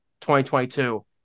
2022